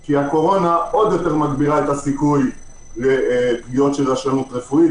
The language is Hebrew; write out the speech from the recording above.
כי הקורונה מגבירה עוד יותר את הסיכוי לפגיעות של רשלנות רפואית,